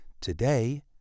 Today